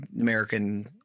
American